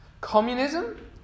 Communism